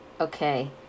Okay